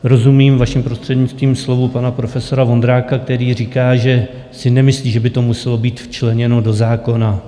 Rozumím, vaším prostřednictvím, slovům pana profesora Vondráka, který říká, že si nemyslí, že by to muselo být včleněno do zákona.